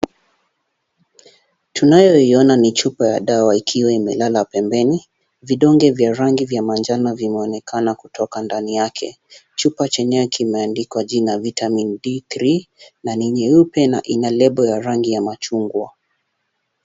Tunayoiona ni chupa ya dawa ikiwa imelala pembeni. Vidonge vya rangi vya manjano vimeonekana kutoka ndani yake. Chupa chenyewe kimeandikwa jina vitamin D3 na ni nyeupe na ina lebo ya rangi ya machungwa.